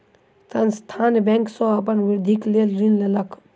संस्थान बैंक सॅ अपन वृद्धिक लेल ऋण लेलक